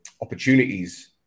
opportunities